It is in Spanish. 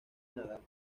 nadal